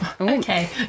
okay